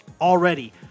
already